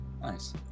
nice